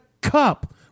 cup